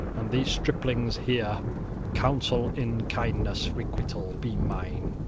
and these striplings here counsel in kindness requital be mine.